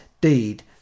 deed